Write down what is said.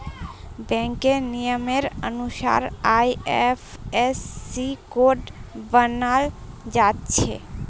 बैंकेर नियमेर अनुसार आई.एफ.एस.सी कोड बनाल जाछे